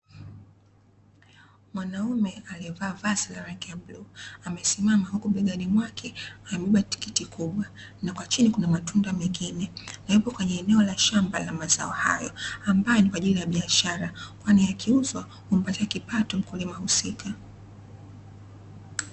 Mwanaume aliyevaa vazi la rangi bluu amesimama huku begani mwake amebeba tikiti kubwa, na kwa chini kuna matunda mengine, yapo kwenye eneo la shamba la mazao haya ambayo ni kwa ajili ya biashara kwani yakiuzwa humpatia kipato mkulima husika.